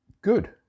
good